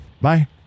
Bye